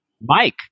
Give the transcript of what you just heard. Mike